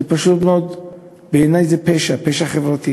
בעיני זה פשוט מאוד פשע חברתי.